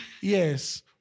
yes